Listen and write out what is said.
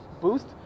boost